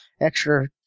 extra